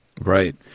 Right